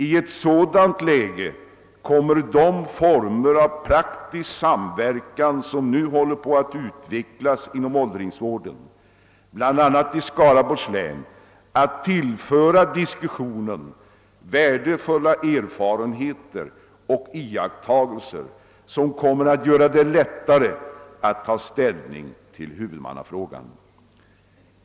I ett sådant läge kommer de former av praktisk samverkan, som nu håller på att utvecklas innom åldringsvården bl.a. i Skaraborgs län, att tillföra diskussionen värdefulla erfarenheter och iakttagelser, som kommer att göra det lättare att ta ställning till frågan om huvudmannaskapet.